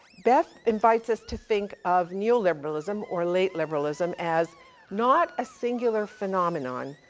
beth invites us to think of neo-liberalism, or late liberalism, as not a singular phenomenon,